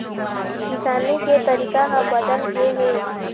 किसानी के तरीका ह बदल गे हे